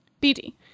B-D